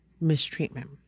mistreatment